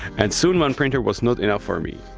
and soon one printer was not enough for me,